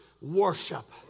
worship